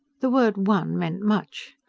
the word one meant much.